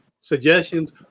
suggestions